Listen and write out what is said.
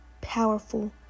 powerful